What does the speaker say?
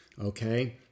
Okay